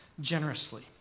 generously